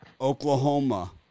Oklahoma